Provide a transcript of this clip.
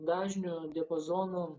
dažnių diapazonų